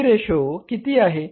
P V ratio किती आहे